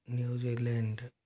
New Zealand